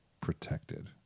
Protected